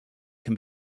can